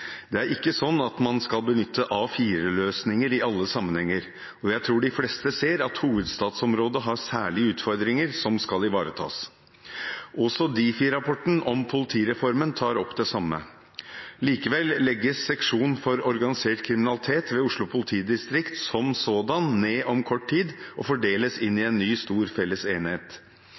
«Det er ikke sånn at man skal benytte A4-løsninger i alle sammenhenger, og jeg tror de fleste ser at hovedstadsområdet har særlige utfordringer, som skal ivaretas». Også Difi-rapporten om politireformen tar opp det samme. Likevel legges Seksjon for organisert kriminalitet ved Oslo politidistrikt som sådan ned om kort tid og fordeles inn i en ny stor felles enhet.